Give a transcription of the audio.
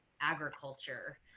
agriculture